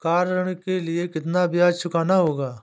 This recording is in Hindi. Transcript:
कार ऋण के लिए कितना ब्याज चुकाना होगा?